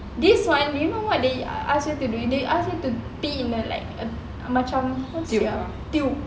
this [one] you know what they ask you to do they ask me to pay you know like um macam how to say ah tube